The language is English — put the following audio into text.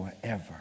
forever